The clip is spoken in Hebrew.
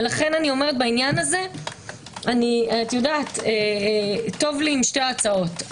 לכן בעניין הזה טוב לי עם שתי ההצעות.